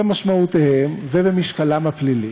במשמעויותיהם ובמשקלם הפלילי.